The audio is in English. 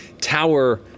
tower